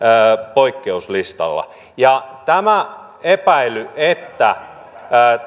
poikkeuslistalla ja tämä epäily että